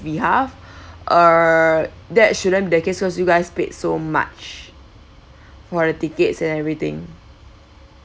behalf err that shouldn't be the case because you guys paid so much for the tickets and everything